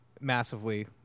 massively